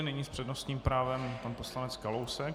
Nyní s přednostním právem pan poslanec Kalousek.